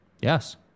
Yes